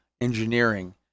engineering